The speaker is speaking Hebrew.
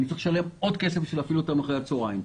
אני צריך לשלם עוד כסף בשביל להפעיל אותם אחרי הצוהריים.